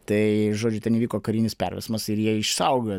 tai žodžiu ten įvyko karinis perversmas ir jie išsaugojo